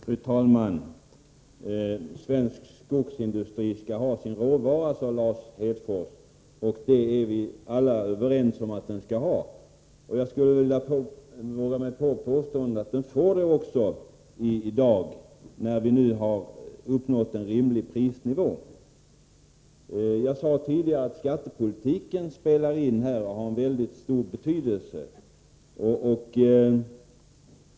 Fru talman! Svensk skogsindustri skall ha sin råvara, sade Lars Hedfors. Ja, det är vi alla överens om. Jag skulle också våga påstå att den får det i dag, när vi har uppnått en rimlig prisnivå. Jag sade tidigare att skattepolitiken spelar in här och har en mycket stor betydelse.